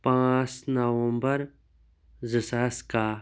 پانٛژھ نَومبر زٕ ساس کاہہ